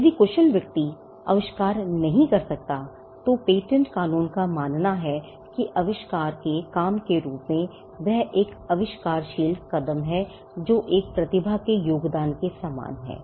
यदि कुशल व्यक्ति आविष्कार नहीं कर सकता था तो पेटेंट कानून का मानना है कि आविष्कार के काम के रूप में यह एक आविष्कारशील कदम है जो एक प्रतिभा के योगदान के समान है